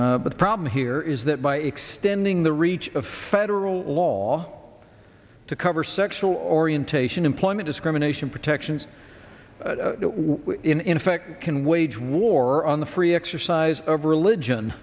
but the problem here is that by extending the reach of federal law to cover sexual orientation employment discrimination protections were in effect can wage war on the free exercise of